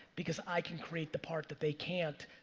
because i can create the part that they can't,